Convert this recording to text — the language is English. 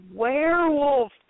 werewolf